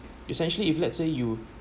essentially if let's say you